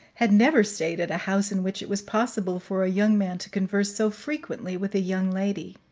had never stayed at a house in which it was possible for a young man to converse so frequently with a young lady.